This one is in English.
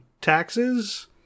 taxes